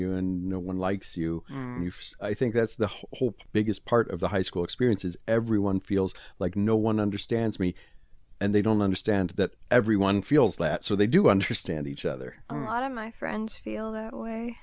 you and no one likes you i think that's the whole biggest part of the high school experience is everyone feels like no one understands me and they don't understand that everyone feels that so they do understand each other